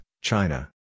China